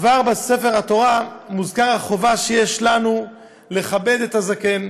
כבר בספר התורה מוזכרת החובה שיש לנו לכבד את הזקן.